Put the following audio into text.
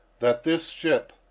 that this ship,